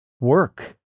work